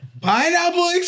Pineapple